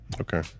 Okay